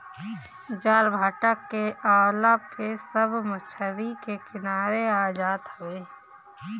ज्वारभाटा के अवला पे सब मछरी के किनारे आ जात हवे